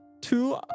two